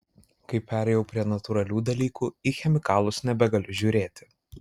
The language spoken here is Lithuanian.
kai perėjau prie natūralių dalykų į chemikalus nebegaliu žiūrėti